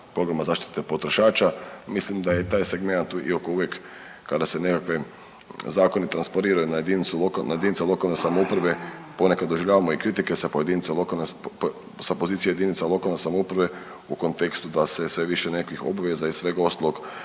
programa zaštite potrošača. Mislim da je taj segmenat iako uvijek kada se nekakve zakoni transporiraju na jedinicu lokalne, na jedinice lokalne samouprave ponekad doživljavamo i kritike da se pojedinici, sa pozicije jedinica lokalne samouprave u kontekstu da se sve više nekakvih obaveza i svega ostalog